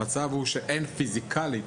המצב הוא שאין, פיזיקלית,